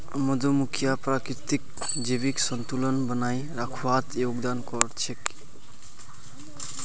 मधुमक्खियां प्रकृतित जैविक संतुलन बनइ रखवात योगदान कर छि